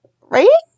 Right